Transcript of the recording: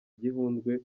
gihundwe